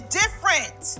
different